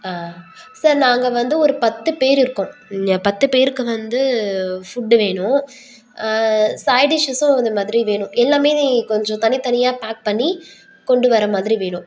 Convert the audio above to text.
ஆ sir நாங்கள் வந்து ஒரு பத்து பேர் இருக்கோம் இங்கே பத்து பேருக்கு வந்து ஃபுட்டு வேணும் சைட் டிஷ்ஷும் அது மாதிரி வேணும் எல்லாமே கொஞ்சம் தனித்தனியாக பேக் பண்ணி கொண்டு வர மாதிரி வேணும்